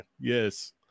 Yes